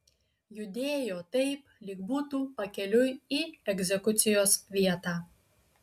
judėjo taip lyg būtų pakeliui į egzekucijos vietą